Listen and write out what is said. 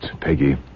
Peggy